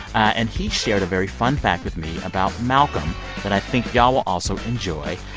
and he shared a very fun fact with me about malcolm that i think y'all will also enjoy.